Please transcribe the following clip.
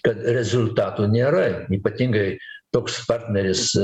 kad rezultato nėra ypatingai toks partneris